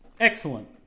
excellent